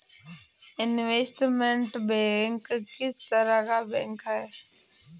Investment bank किस तरह का बैंक है?